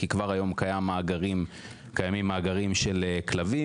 כי כבר היום קיימים מאגרים של כלבים.